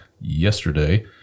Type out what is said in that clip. yesterday